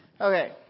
Okay